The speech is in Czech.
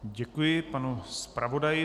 Děkuji panu zpravodaji.